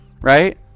right